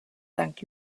sankt